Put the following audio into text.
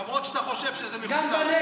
למרות שאתה חושב שזה מחוץ לארץ.